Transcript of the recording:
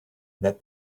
that